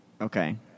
Okay